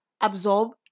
absorb